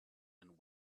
and